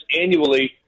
annually